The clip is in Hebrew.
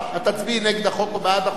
אז תצביעי בעד החוק או נגד החוק,